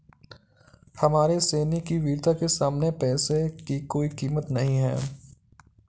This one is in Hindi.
हमारे सैनिक की वीरता के सामने पैसे की कोई कीमत नही है